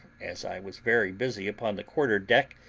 as i was very busy upon the quarter-deck,